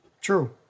True